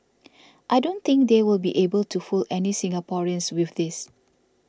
I don't think they will be able to fool any Singaporeans with this